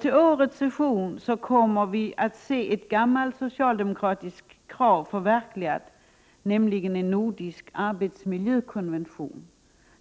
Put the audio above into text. Till årets session kommer vi att se ett gammalt socialdemokratiskt krav förverkligat, nämligen en nordisk arbetsmiljökonvention.